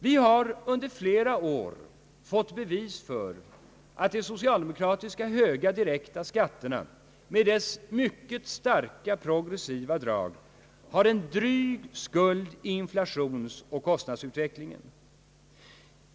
Vi har under flera år fått bevis för att de socialdemokratiska höga direkta skatterna med deras mycket starka progressiva drag har en dryg skuld i inflationsoch kostnadsutvecklingen.